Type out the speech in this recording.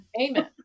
amen